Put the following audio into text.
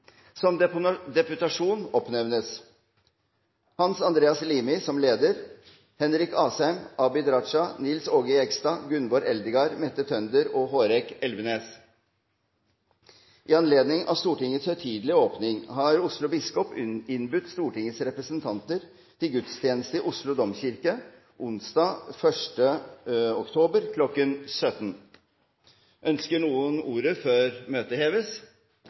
Som deputasjon oppnevnes representantene Hans Andreas Limi, leder, Henrik Asheim, Abid Q. Raja, Nils Aage Jegstad, Gunvor Eldegard, Mette Tønder og Hårek Elvenes. I anledning av Stortingets høytidelige åpning har Oslo biskop innbudt Stortingets representanter til gudstjeneste i Oslo Domkirke onsdag 1. oktober kl. 17. Ønsker noen ordet før møtet heves?